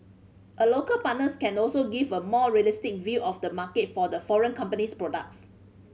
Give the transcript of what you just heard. a local partners can also give a more realistic view of the market for the foreign company's products